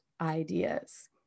ideas